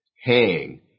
hang